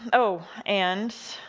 oh, and,